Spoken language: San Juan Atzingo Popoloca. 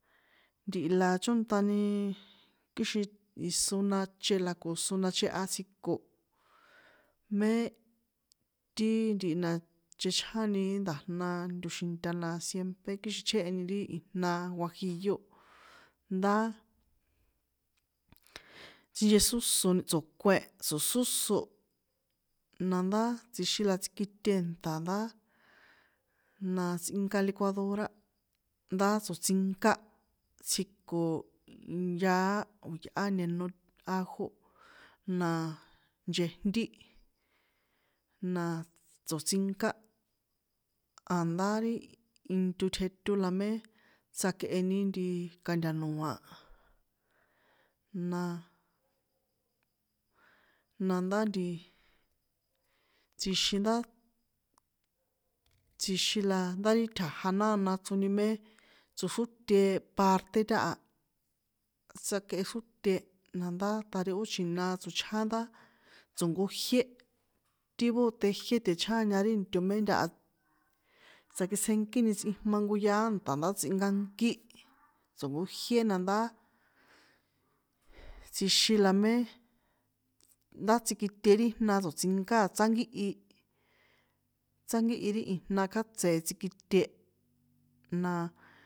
Ntihi la chónṭani kixin iso nache la ko so na cheha tsjiko, mé ti ntii na chechjáni nda̱jna ntoxinta la siempre kixin chjéheni ri ijna huajillo, ndá, sinchesósóni tso̱kuen tso̱sósó, nandá tsjixin la tsikite nṭa̱ ndá na tsꞌinka kicuadora ndá tso̱tsinká tsjiko, yaá o̱ yꞌá ñeno ajo, na nchejnti, na tso̱tsinká, a̱ndá ri into tjeto la mé tsjakꞌeni nti ka̱nta̱noa, na, nandá ntii, tsjixin ndá tsjixin la nda ri tja̱ja nána chroni mé tsoxróte parte táha, tsjakꞌexróte nandá, ta̱ ri ó chjina tsochján ndá tso̱nkojié, ti bóte jié techjáña ri into me ntaha tsakitsjenkíni tsꞌijma nko yaá nṭa̱ ndá tsꞌinkankí, tso̱nkojié nandá, tsjixin la mé ndá tsikite ri jna tso̱tsinka a tsánkíhi, tsánkíhi ri ijna kjátsé a tsikite, na.